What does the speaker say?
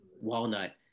walnut